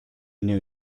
knew